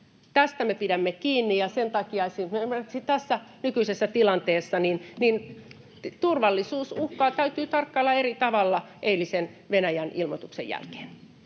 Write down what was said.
Tästä me pidämme kiinni, ja sen takia esimerkiksi tässä nykyisessä tilanteessa turvallisuusuhkaa täytyy tarkkailla eri tavalla eilisen Venäjän ilmoituksen jälkeen.